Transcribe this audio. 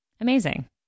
Amazing